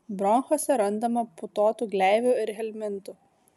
bronchuose randama putotų gleivių ir helmintų